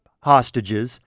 hostages